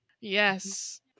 Yes